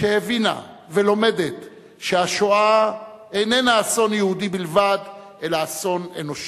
שהבינה ולומדת שהשואה איננה אסון יהודי בלבד אלא אסון אנושי,